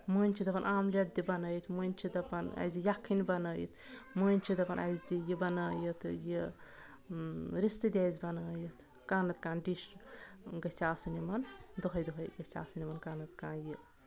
مٔنٛزۍ چھِ دَپان آملیٹ دِ بَنٲیِتھ مٔنٛزۍ چھِ دَپان اَسہِ دِ یَکھٕنۍ بَنٲیِتھ مٔنٛزۍ چھِ دَپان اَسہِ یہِ بَنٲیِتھ یہِ رِستہٕ دِ آسہِ بَنٲیِتھ کانٛہہ نَتہٕ کانٛہہ ڈِش گژھِ آسٕنۍ یِمَن دۄہے دۄہے گژھِ آسٕنۍ یِمَن کانٛہہ نَتہٕ کانٛہہ یہِ